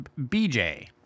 BJ